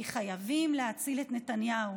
כי חייבים להציל את נתניהו,